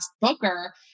booker